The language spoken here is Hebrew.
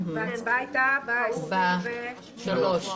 וההצבעה הייתה ב-23 בדצמבר.